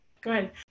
Good